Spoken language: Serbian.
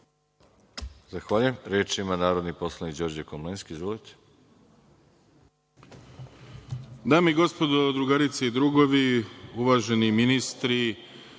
Zahvaljujem. Reč ima narodni poslanik Đorđe Komlenski. Izvolite.